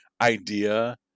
idea